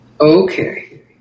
Okay